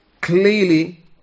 clearly